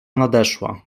nadeszła